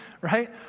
right